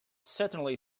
certainly